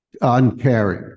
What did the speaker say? uncaring